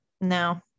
No